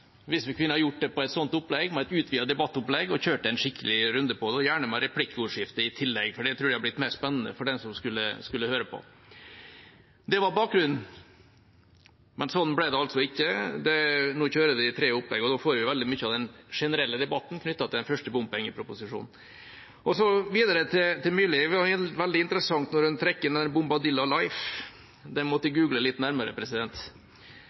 hvis vi kunne hatt et slikt utvidet debattopplegg og kjørt en skikkelig runde på det, gjerne med replikkordskifte i tillegg, for det tror jeg hadde blitt mer spennende for den som skulle høre på. Det var bakgrunnen, men sånn ble det altså ikke. Nå kjører vi tre opplegg, og da får vi veldig mye av den generelle debatten knyttet til den første bompengeproposisjonen. Så videre til Myrli. Det er veldig interessant at en trekker inn Bombadilla Life. Det måtte jeg google litt nærmere.